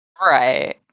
Right